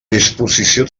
disposició